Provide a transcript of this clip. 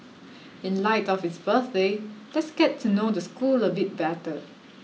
in light of its birthday let's get to know the school a bit better